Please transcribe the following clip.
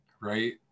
right